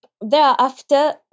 thereafter